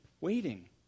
waiting